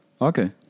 Okay